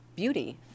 Beauty